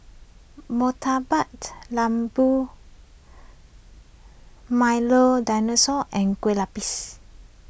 Murtabak Lembu Milo Dinosaur and Kueh Lapis